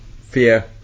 fear